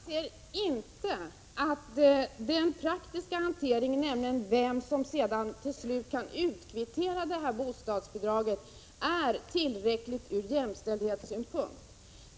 Herr talman! Nej, jag anser inte att den praktiska hanteringen i fråga om vem som till slut kan utkvittera bostadsbidraget är tillfredsställande ur jämställdhetssynpunkt.